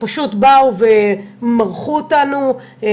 פשוט באו ומרחו אותנו.